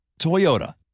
Toyota